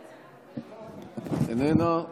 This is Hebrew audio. איננה,